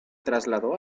trasladó